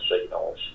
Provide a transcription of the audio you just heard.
signals